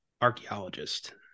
archaeologist